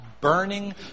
burning